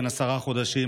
בן עשרה חודשים,